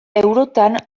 eurotan